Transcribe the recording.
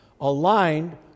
aligned